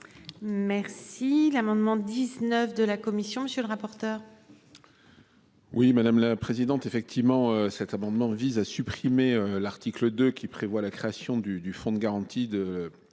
Merci l'amendement 19 de la commission. Monsieur le rapporteur. Oui madame la présidente. Effectivement, cet amendement vise à supprimer l'article 2 qui prévoit la création du du fonds de garantie de